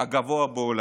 הגבוה בעולם.